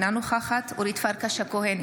אינה נוכחת אורית פרקש הכהן,